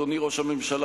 אדוני ראש הממשלה,